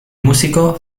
músico